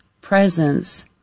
presence